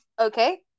Okay